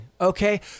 okay